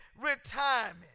retirement